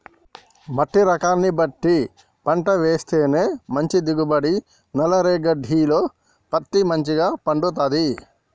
మట్టి రకాన్ని బట్టి పంటలు వేస్తేనే మంచి దిగుబడి, నల్ల రేగఢీలో పత్తి మంచిగ పండుతది